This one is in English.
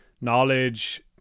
knowledge